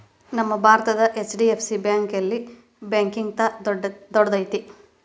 ನಮ್ಮ ಭಾರತದ HDFC bank ಯೆಲ್ಲಾ ಬ್ಯಾಂಕ್ಗಿಂತಾ ದೊಡ್ದೈತಿ